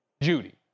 judy